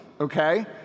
okay